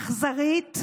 אכזרית,